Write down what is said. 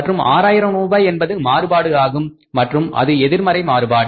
மற்றும் 6000 ரூபாய் என்பது மாறுபாடு ஆகும் மற்றும் அது எதிர்மறை மாறுபாடு